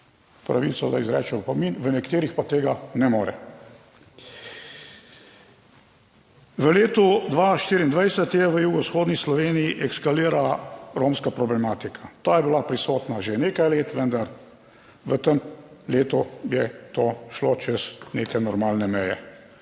pravico, da izreče opomin, v nekaterih pa tega ne more. V letu 2024 je v jugovzhodni Sloveniji ekskalirala romska problematika, ta je bila prisotna že nekaj let, vendar v tem letu je to šlo čez neke normalne meje.